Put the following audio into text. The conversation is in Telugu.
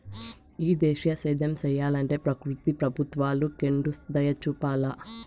ఈ దేశీయ సేద్యం సెయ్యలంటే ప్రకృతి ప్రభుత్వాలు కెండుదయచూపాల